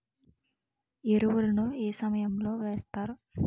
ఎరువుల ను ఏ సమయం లో వేస్తారు?